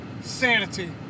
Sanity